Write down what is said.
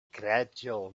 gradual